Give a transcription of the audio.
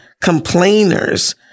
complainers